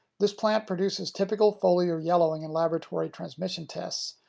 this plant produces typical foliar yellowing in laboratory transmission tests,